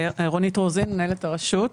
מנהלת הרשות.